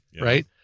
right